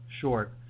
short